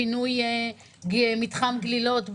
פינוי מתחם גלילות,